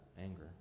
Anger